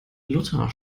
luther